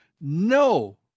no